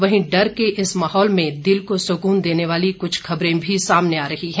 वहीं डर के इस माहौल में दिल को सुकुन देने वाली कुछ खबरें भी सामने आ रही हैं